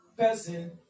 person